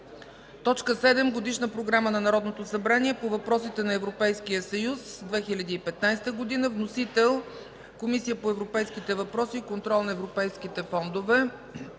г. 7. Годишна програма на Народното събрание по въпросите на Европейския съюз – 2015 г. Вносител – Комисия по европейските въпроси и контрол на европейските фондове.